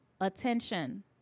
Attention